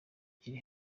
kiri